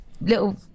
little